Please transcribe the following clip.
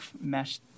mesh